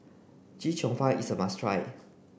Chee Cheong Fun is a must try